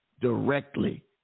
directly